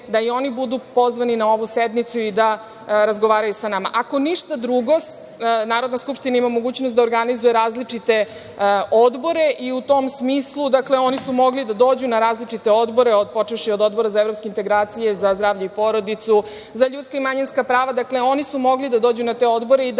da i oni budu pozvani na ovu sednicu i da razgovaraju sa nama. Ako ništa drugo, Narodna skupština ima mogućnost da organizuje različite odbore i u tom smislu oni su mogli da dođu na različite odbore, počevši od Odbora za evropske integracije, za zdravlje i porodicu, za ljudska i manjinska prava. Dakle, oni su mogli da dođu na te odbore i da